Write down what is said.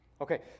Okay